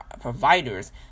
providers